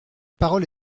parole